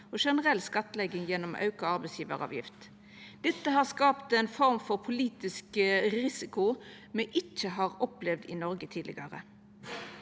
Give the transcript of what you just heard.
og generell skattlegging gjennom auka arbeidsgjevaravgift. Dette har skapt ei form for politisk risiko me ikkje har opplevd i Noreg tidlegare.